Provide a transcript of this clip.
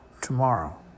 tomorrow